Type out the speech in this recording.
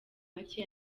make